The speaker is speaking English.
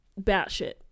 batshit